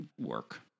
work